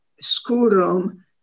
schoolroom